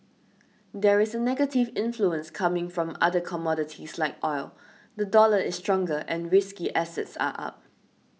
there is a negative influence coming from other commodities like oil the dollar is stronger and risky assets are up